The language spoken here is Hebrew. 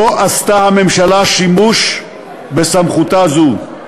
לא עשתה הממשלה שימוש בסמכותה זו.